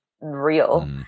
real